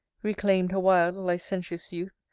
reclaim'd her wild licentious youth,